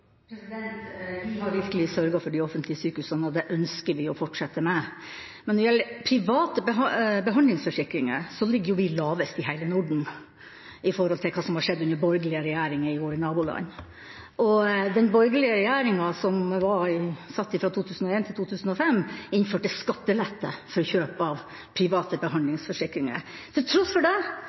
Vi har virkelig sørget for de offentlige sykehusene, og det ønsker vi å fortsette med. Men når det gjelder private behandlingsforsikringer, ligger vi lavest i hele Norden i forhold til hva som har skjedd under borgerlige regjeringer i våre naboland. Den borgerlige regjeringa som satt fra 2001 til 2005, innførte skattelette for kjøp av private behandlingsforsikringer. Vi avviklet den ordninga. Vi ligger altså lavest, og det